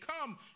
come